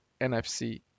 NFC